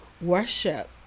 worship